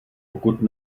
pokud